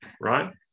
right